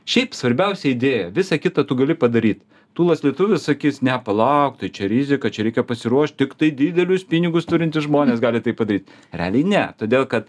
šiaip svarbiausia idėja visa kita tu gali padaryt tūlas lietuvis sakys ne palauk tai čia rizika čia reikia pasiruošt tiktai didelius pinigus turintys žmonės gali tai padaryt realiai ne todėl kad